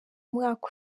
umwaka